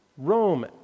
Rome